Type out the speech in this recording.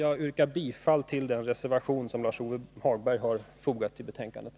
Jag yrkar bifall till den reservation som Lars-Ove Hagberg har fogat till betänkandet.